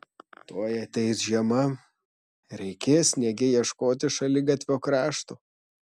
tuoj ateis žiema reikės sniege ieškoti šaligatvio krašto